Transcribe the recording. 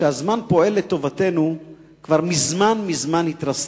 שהזמן פועל לטובתנו כבר מזמן התרסקה,